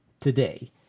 today